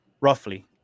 roughly